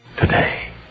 Today